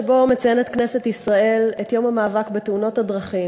שבו מציינת כנסת ישראל את יום המאבק בתאונות הדרכים,